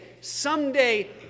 someday